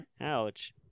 Ouch